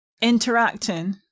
interacting